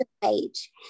page